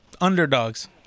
underdogs